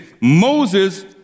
Moses